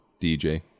DJ